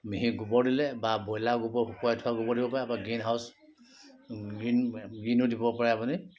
মিহি গোবৰ দিলে বা ব্ৰইলাৰ গোবৰ বা শুকুৱাই থোৱা গোবৰ দিব পাৰে বা গ্ৰীণ হাউছ গ্ৰীণ গ্ৰীণো দিব পাৰে আপুনি